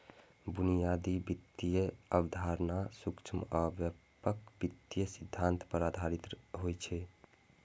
बुनियादी वित्तीय अवधारणा सूक्ष्म आ व्यापक वित्तीय सिद्धांत पर आधारित होइ छै